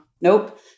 Nope